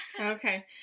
okay